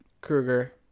Krueger